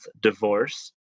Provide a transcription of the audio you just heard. divorce